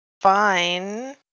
fine